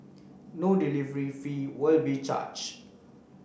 no delivery fee will be charge